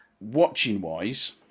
watching-wise